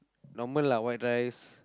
normal lah white rice